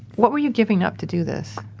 what were you giving up to do this?